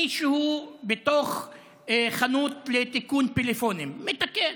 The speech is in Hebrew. מישהו בתוך חנות לתיקון פלאפונים, מתקן